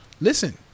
Listen